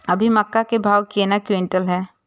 अभी मक्का के भाव केना क्विंटल हय?